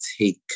take